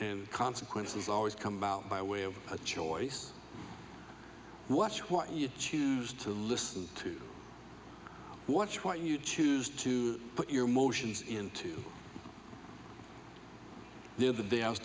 and consequences always come about by way of a choice watch what you choose to listen to watch what you choose to put your motions into there the day i was